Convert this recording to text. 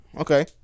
okay